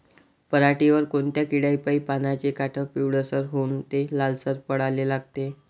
पऱ्हाटीवर कोनत्या किड्यापाई पानाचे काठं पिवळसर होऊन ते लालसर पडाले लागते?